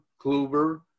Kluber